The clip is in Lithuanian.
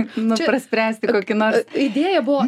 nu praspręsti kokį nors idėja buvo